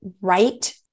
right